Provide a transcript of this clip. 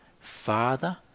father